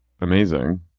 amazing